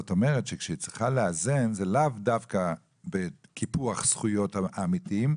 זאת אומרת שכשהיא צריכה לאזן זה לאו דווקא בקיפוח זכויות עמיתים,